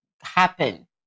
happen